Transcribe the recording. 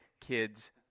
Kids